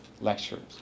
lectures